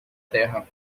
terra